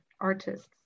artists